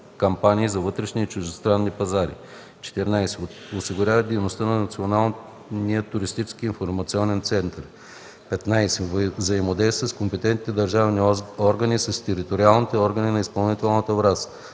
кампании на вътрешния и чуждестранни пазари; 14. осигурява дейността на Националния туристически информационен център; 15. взаимодейства с компетентните държавни органи и с териториалните органи на изпълнителната власт,